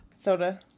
Soda